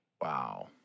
Wow